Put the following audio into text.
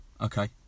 Okay